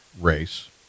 race